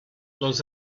los